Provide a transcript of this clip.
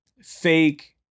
fake